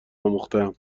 آموختهام